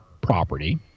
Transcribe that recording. property